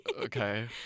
okay